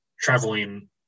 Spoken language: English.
traveling